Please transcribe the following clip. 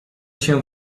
się